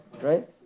right